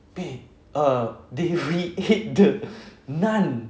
eh err there we ate the naan